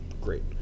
great